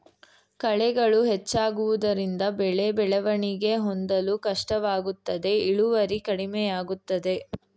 ಕಳೆಗಳು ಹೆಚ್ಚಾಗುವುದರಿಂದ ಬೆಳೆ ಬೆಳವಣಿಗೆ ಹೊಂದಲು ಕಷ್ಟವಾಗುತ್ತದೆ ಇಳುವರಿ ಕಡಿಮೆಯಾಗುತ್ತದೆ